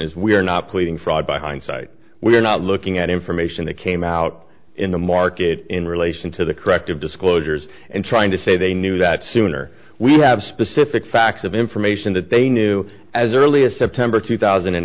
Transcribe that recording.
is we are not pleading fraud by hindsight we're not looking at information that came out in the market in relation to the corrective disclosures and trying to say they knew that sooner we have specific facts of information that they knew as early as september two thousand and